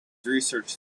research